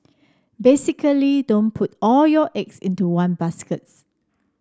basically don't put all your eggs into one baskets